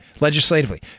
legislatively